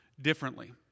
differently